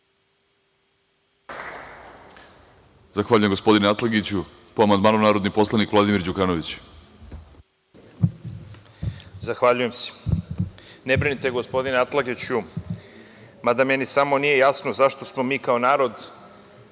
Zahvaljujem gospodine Atlagiću. Po amandmanu narodni poslanik Vladimir Đukanović. **Vladimir Đukanović** Zahvaljujem se. Ne brinite gospodine Atlagiću, mada meni samo nije jasno zašto smo mi kao narod